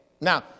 Now